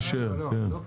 מאשר כן, לא פה.